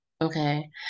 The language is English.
okay